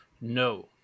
No